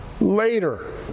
later